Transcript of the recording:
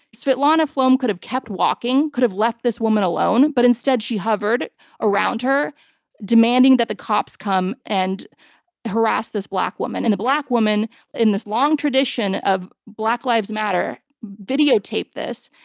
svitlana flom could have kept walking, could have left this woman alone, but instead she hovered around her demanding that the cops come and harass this black woman, and the black woman in this long tradition of black lives matter videotaped this.